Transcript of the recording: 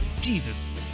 Jesus